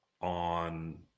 on –